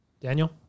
Daniel